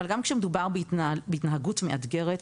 אבל גם כשמדובר בהתנהגות מאתגרת,